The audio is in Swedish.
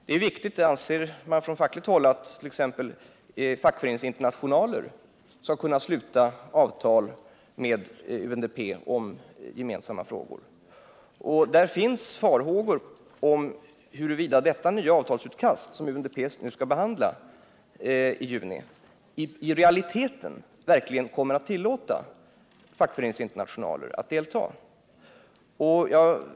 På fackligt håll anser man att det är viktigt att fackföreningsinternationaler kan sluta avtal med UNDP om gemensamma frågor. Det finns farhågor för att detta nya avtalsutkast, som UNDP skall behandla i juni, i realiteten inte kommer att tillåta fackföreningsinternationaler att delta.